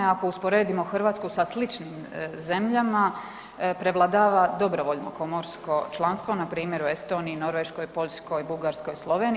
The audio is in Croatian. Ako usporedimo Hrvatsku sa sličnim zemljama, prevladava dobrovoljno komorsko članstvo, npr. u Estoniji, Norveškoj, Poljskoj, Bugarskoj, Sloveniji.